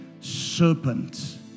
serpent